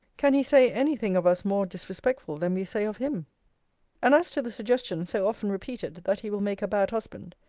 can he say any thing of us more disrespectful than we say of him and as to the suggestion, so often repeated, that he will make a bad husband,